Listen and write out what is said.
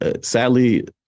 Sadly